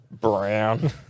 Brown